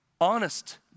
honest